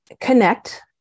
connect